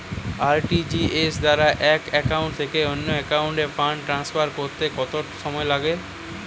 RTGS দ্বারা এক account থেকে অন্য একাউন্টে ফান্ড ট্রান্সফার করতে কত সময় লাগে?